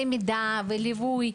מידע רב למיצוי זכויות מלא וליווי,